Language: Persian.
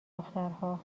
دخترها